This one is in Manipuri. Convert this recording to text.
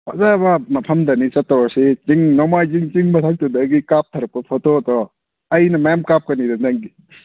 ꯐꯖꯕ ꯃꯐꯝꯗꯅꯤ ꯆꯠꯇꯣꯔꯤꯁꯤ ꯆꯤꯡ ꯅꯣꯡꯃꯥꯏꯖꯤꯡ ꯆꯤꯡ ꯃꯊꯛꯇꯨꯗꯒꯤ ꯀꯥꯞꯊꯔꯛꯄ ꯐꯣꯇꯣꯗꯣ ꯑꯩꯅ ꯃꯌꯥꯝ ꯀꯥꯞꯀꯅꯤꯗ ꯅꯪꯒꯤ